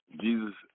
Jesus